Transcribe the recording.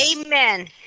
Amen